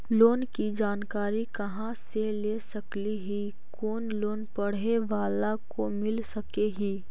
Loan की जानकारी कहा से ले सकली ही, कोन लोन पढ़े बाला को मिल सके ही?